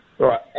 Right